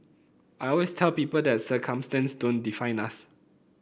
I always tell people that circumstances don't define us